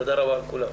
תודה רבה לכולם.